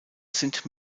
sind